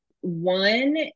One